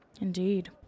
indeed